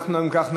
אם כך,